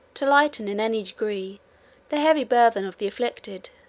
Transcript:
to lighten in any degree the heavy burthen of the afflicted,